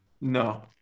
No